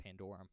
Pandorum